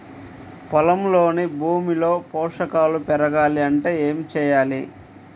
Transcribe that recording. పొలంలోని భూమిలో పోషకాలు పెరగాలి అంటే ఏం చేయాలి?